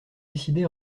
décidée